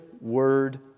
word